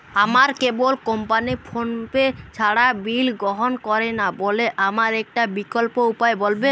আমার কেবল কোম্পানী ফোনপে ছাড়া বিল গ্রহণ করে না বলে আমার একটা বিকল্প উপায় বলবেন?